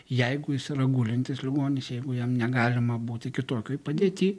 jeigu jis yra gulintis ligonis jeigu jam negalima būti kitokioj padėty